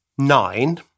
Nine